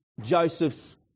Joseph's